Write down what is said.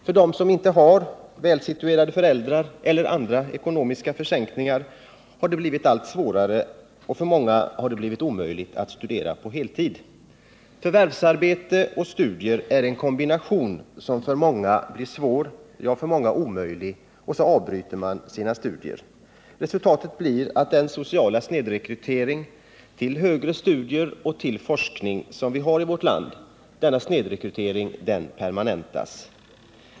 För den som inte har välsituerade föräldrar eller andra ekonomiska försänkningar har det blivit allt svårare — och för många omöjligt — att studera på heltid. Förvärvsarbete och studier är en kombination som blir svår, ibland omöjlig, och då avbryter man studierna. Resultatet blir att den sociala snedrekryteringen till högre studier och forskning som vi har i vårt land permanentas.